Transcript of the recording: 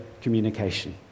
communication